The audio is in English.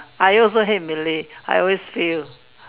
I also hate Malay I always fail